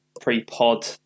pre-pod